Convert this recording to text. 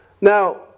Now